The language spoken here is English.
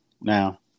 Now